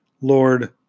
Lord